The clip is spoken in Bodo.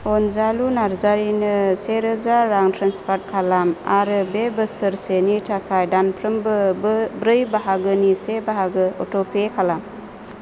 अनजालु नार्जारिनो से रोजा रां ट्रेन्सफार खालाम आरो बे बोसोरसेनि थाखाय दानफ्रोमबो ब्रै बाहागोनि से बाहागो अट'पे खालाम